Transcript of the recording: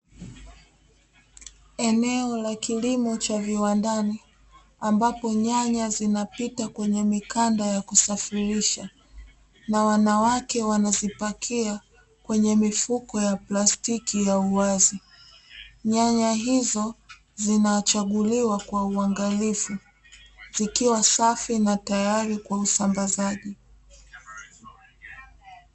Eneo la kilimo cha viwandani, ambapo nyanya zinapita kwenye mikanda ya kusafirisha na wanawake wanazipakia kwenye mifuko ya plastiki ya uwazi, nyanya hizo zinachaguliwa kwa uangalizi, zikiwa safi na tayari kwa usambazaji.